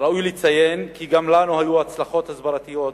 ראוי לציין כי לנו היו גם הצלחות הסברתיות.